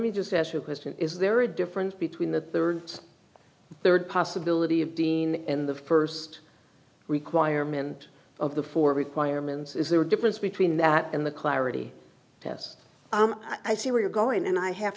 me just ask you a question is there a difference between the rd rd possibility of dean in the st requirement of the four requirements is there a difference between that and the clarity test i see where you're going and i have